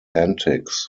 antics